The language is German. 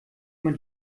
man